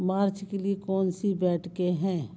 मार्च के लिए कौन सी बैठके हैं